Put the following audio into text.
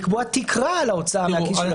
לקבוע תקרה על ההוצאה מהכיס שלו.